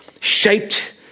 shaped